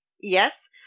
Yes